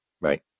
Right